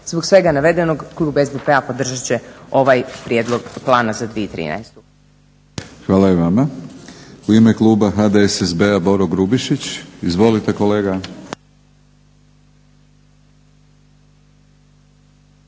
Zbog svega navedenog klub SDP-a podržat će ovaj prijedlog plana za 2013. Hvala. **Batinić, Milorad (HNS)** Hvala i vama. U ime kluba HDSSB-a Boro Grubišić. Izvolite kolega.